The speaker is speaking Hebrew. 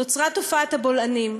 נוצרה תופעת הבולענים,